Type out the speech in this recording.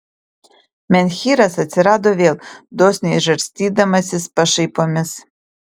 menhyras atsirado vėl dosniai žarstydamasis pašaipomis